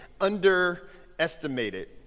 underestimated